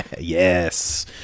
Yes